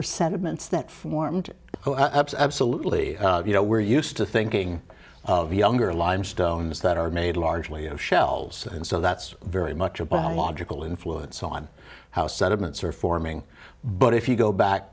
or sentiments that formed oh absolutely you know we're used to thinking of younger limestones that are made largely of shells and so that's very much a biological influence on how sediments are forming but if you go back